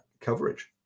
coverage